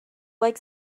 like